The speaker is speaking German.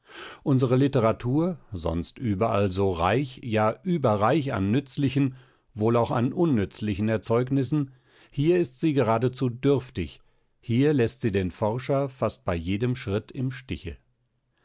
unsere literatur sonst überall so reich ja überreich an nützlichen wohl auch an unnützlichen erzeugnissen hier ist sie geradezu dürftig hier läßt sie den forscher fast bei jedem schritt im stiche